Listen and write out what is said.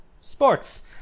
sports